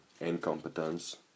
Incompetence